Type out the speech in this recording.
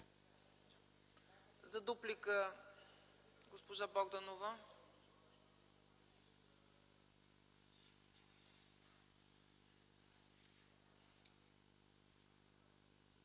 За дуплика – госпожа Богданова.